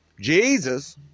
Jesus